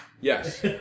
Yes